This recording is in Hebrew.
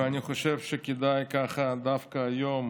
ואני חושב שכדאי, ככה, דווקא היום,